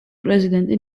პრეზიდენტი